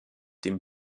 dem